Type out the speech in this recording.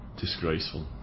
Disgraceful